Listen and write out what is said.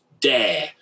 Dare